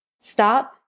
stop